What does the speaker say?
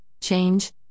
change